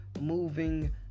moving